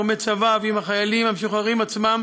עם גורמי צבא ועם החיילים המשוחררים עצמם